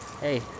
Hey